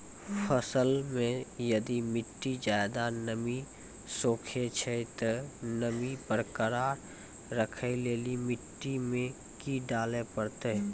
फसल मे यदि मिट्टी ज्यादा नमी सोखे छै ते नमी बरकरार रखे लेली मिट्टी मे की डाले परतै?